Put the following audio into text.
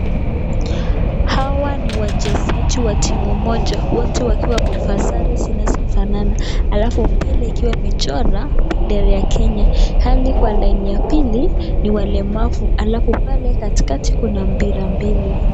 Hawa ni wachezaji wa timu moja, wote wakiwa wamevaa sare zinazofanana, alafu mbele ikiwa imechorwa bendera ya Kenya, pale kwa laini ya pili ni walemavu, alafu pale katikati kuna mpira mbele.